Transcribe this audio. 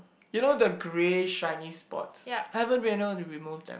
you know the grey shiny spots I haven't been able to remove them